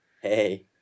Hey